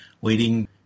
waiting